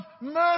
mercy